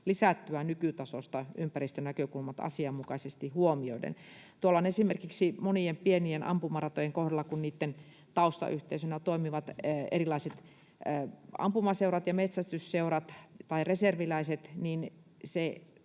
lisättyä nykytasosta ympäristönäkökulmat asianmukaisesti huomioiden. Tuolla on esimerkiksi monien pienien ampumaratojen kohdalla, kun niitten taustayhteisönä toimivat erilaiset ampumaseurat, metsästysseurat tai reserviläiset, että